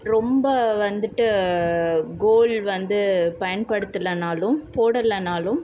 ரொம்ப வந்துட்டு கோல் வந்து பயன்படுத்திலனாலும் போடலனாலும்